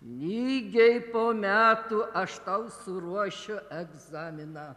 lygiai po metų aš tau suruošiu egzaminą